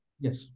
Yes